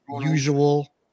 usual